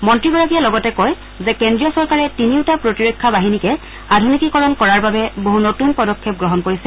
মন্ত্ৰীগৰাকীয়ে লগতে কয় যে কেন্দ্ৰীয় চৰকাৰে তিনিওটা প্ৰতিৰক্ষা বাহিনীকে আধুনিকীকৰণ কৰাৰ বাবে বহু নতুন পদক্ষেপ গ্ৰহণ কৰিছে